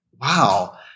wow